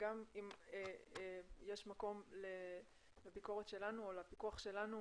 וגם אם יש מקום לביקורת שלנו או לפיקוח שלנו